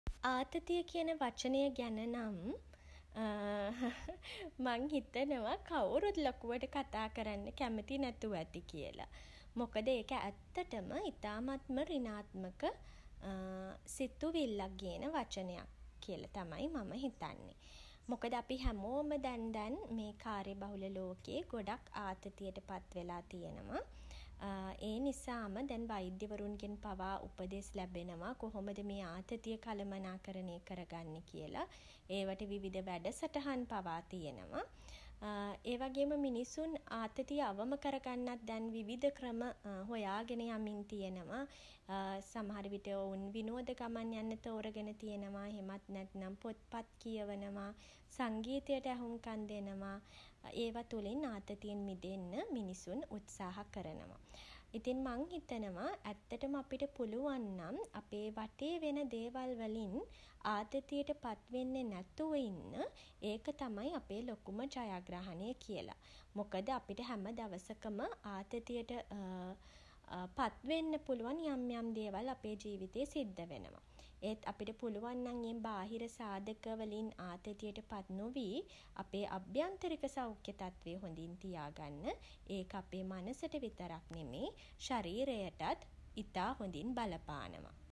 ආතතිය කියන වචනය ගැන නම් මම හිතනවා කවුරුත් ලොකුවට කතා කරන්න කැමති නැතුව ඇති කියල. මොකද ඒක ඇත්තටම ඉතාමත්ම සෘණාත්මක සිතුවිල්ලක් ගේන වචනයක් කියලා තමයි මම හිතන්නෙ. මොකද අපි හැමෝම දැන් දැන් මේ කාර්යබහුල ලෝකේ ගොඩක් ආතතියට පත්වෙලා තියෙනවා. ඒ නිසා.ම දැන් වෛද්‍යවරුන්ගෙන් පවා උපදෙස් ලැබෙනවා කොහොමද මේ ආතතිය කළමනාකරණය කර ගන්නෙ කියලා. ඒවට විවිධ වැඩසටහන් පවා තියෙනවා ඒ වගේම මිනිසුන් ආතතිය අවම කරගන්නත් දැන් විවිධ ක්‍රම දැන් හොයාගෙන යමින් තියෙනවා. සමහරවිට ඔවුන් විනෝද ගමන් යන්න තෝරගෙන තියෙනවා. එහෙමත් නැත්නම් පොත් පත් කියවනවා. සංගීතයට ඇහුම්කන් දෙනවා. ඒවා තුළින් ආතතියෙන් මිදෙන්න මිනිසුන් උත්සාහ කරනවා. ඉතින් මං හිතනවා ඇත්තටම අපිට පුළුවන් නම් අපේ වටේ වෙන දේවල් වලින් ආතතියට පත් වෙන්නේ නැතුව ඉන්න ඒක තමයි අපේ ලොකුම ජයග්‍රහණය කියල. මොකද අපිට හැම දවසකම ආතතියට පත් වෙන්න පුළුවන් යම් යම් දේවල් අපේ ජීවිතේ සිද්ධ වෙනවා. ඒත් අපිට පුළුවන් නම් ඒ බාහිර සාධක වලින් ආතතියට පත් නොවී අපේ අභ්‍යන්තරික සෞඛ්‍ය තත්වය හොඳින් තියාගන්න ඒක අපේ මනසට විතරක් නෙමෙයි ශරීරයටත් ඉතා හොඳින් බලපානවා.